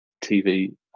tv